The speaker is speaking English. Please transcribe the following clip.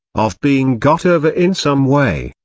of being got over in some way,